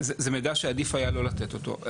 מידע שעדיף היה לא לתת אותו.